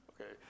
Okay